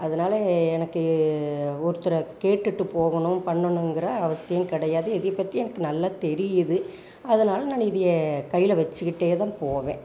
அதனால எனக்கு ஒருத்தரை கேட்டுகிட்டு போகணும் பண்ணுனுங்கிற அவசியம் கிடையாது இதை பற்றி எனக்கு நல்லா தெரியுது அதனால நானு இதையே கையில வச்சுக்கிட்டேதான் போவேன்